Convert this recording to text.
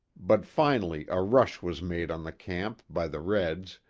but finally a rush was made on the camp, by the reds,